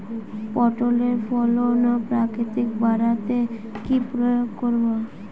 পটলের ফলন ও আকৃতি বাড়াতে কি প্রয়োগ করব?